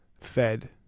fed